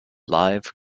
live